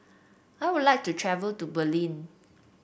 I would like to travel to Berlin